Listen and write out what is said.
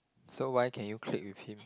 so why can you click with him